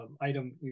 Item